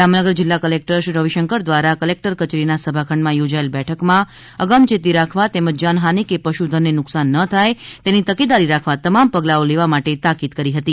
જામનગર જિલ્લા કલેકટરશ્રી રવિશંકર દ્વારા કલેક્ટર કચેરીના સભાખંડમાં થોજાયેલ બેઠકમાં આગમયેતી રાખવા તેમજ જાનહાની કે પશુધનને નુકશાન ન થાય તેની તકેદારી રાખવા તમામ પગલાઓ લેવા તેમણે તાકીદ કરી હતી